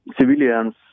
Civilians